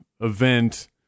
event